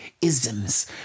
isms